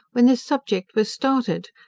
when this subject was started,